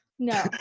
No